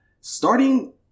starting